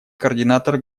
координатор